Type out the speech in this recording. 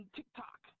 TikTok